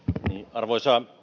arvoisa